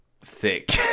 sick